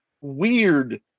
weird